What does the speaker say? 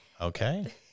Okay